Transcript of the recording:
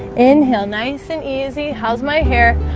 inhale nice and easy how's my hair?